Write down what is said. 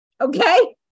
Okay